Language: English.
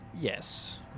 Yes